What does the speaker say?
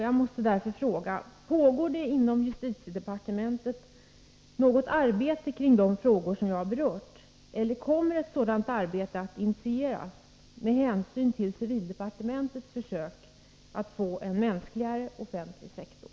Jag måste därför fråga: Pågår det inom justitiedepartementet något arbete kring de frågor jag berört? Eller kommer ett sådant arbete att initieras med hänsyn till civildepartementets försök att få en mänskligare offentlig sektor?